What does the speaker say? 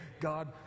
God